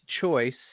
choice